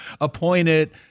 appointed